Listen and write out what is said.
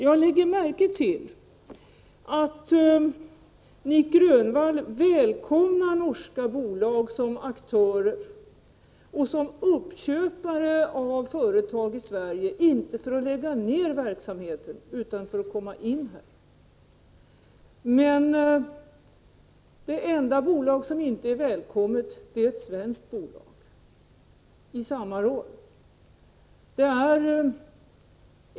Jag lägger märke till att Nic Grönvall välkomnar norska bolag som aktörer och uppköpare av företag i Sverige, inte för att lägga ned verksamheten utan för att komma in på marknaden. Men det enda bolag som inte är välkommet är ett svenskt bolag, i samma roll.